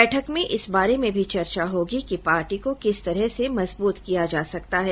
बैठक में इस बारे में भी चर्चा होगी कि पार्टी को किस तरह से मजबूत किया जा सकता है